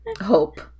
hope